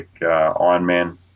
Ironman